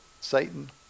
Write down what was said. Satan